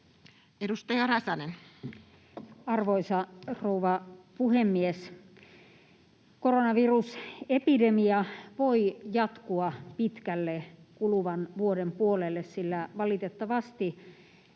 Edustaja Räsänen. Arvoisa rouva puhemies! Koronavirusepidemia voi jatkua pitkälle kuluvan vuoden puolelle, sillä valitettavasti